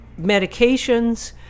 medications